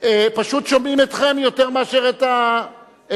פשוט שומעים אתכם יותר מאשר את הבמה.